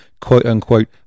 quote-unquote